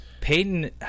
Peyton